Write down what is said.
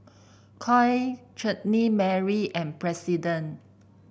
Koi Chutney Mary and President